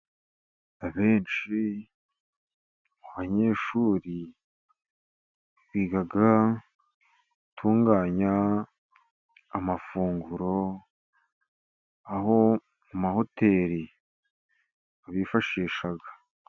Abenshi mu banyeshuri biga gutunganya amafunguro, aho mu mahoteli babifashisha.